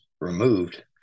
removed